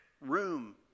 room